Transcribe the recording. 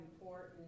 important